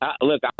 Look